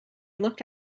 looked